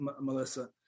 Melissa